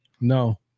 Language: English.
No